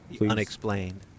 unexplained